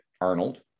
Arnold